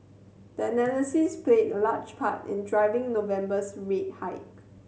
that analysis played a large part in driving November's rate hike